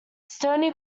stony